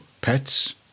Pets